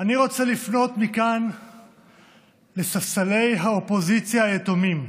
אני רוצה לפנות מכאן לספסלי האופוזיציה היתומים,